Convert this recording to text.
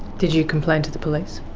did you complain to the police?